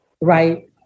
Right